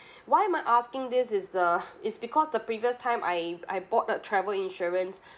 why am I asking this is the it's because the previous time I I bought that travel insurance